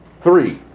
three,